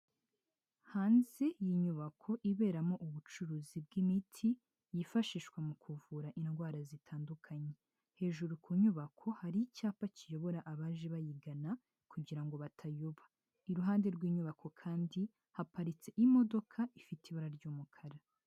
Hanze y'inyubako iberamo ubucuruzi bw'imiti yifashishwa mu kuvura indwara zitandukanye. Hejuru ku nyubako hari icyapa kiyobora abaje bayigana kugira ngo batayoba. Iruhande rw'inyubako kandi haparitse imodoka ifite ibara ry'umukara.